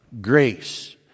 grace